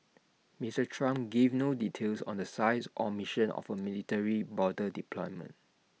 Mister Trump gave no details on the size or mission of A military border deployment